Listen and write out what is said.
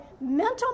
mental